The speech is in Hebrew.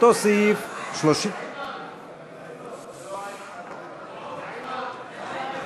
אותו סעיף לשנת הכספים 2016. חברים,